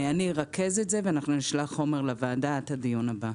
אני ארכז את זה ואנחנו נשלח חומר לוועדה עד לדיון הבא.